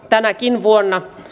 tänäkin vuonna